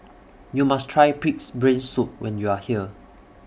YOU must Try Pig'S Brain Soup when YOU Are here